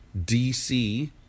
DC